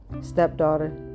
stepdaughter